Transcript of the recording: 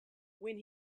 when